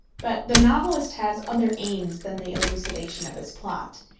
but the novelist has other aims than the elucidation of his plot.